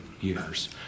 years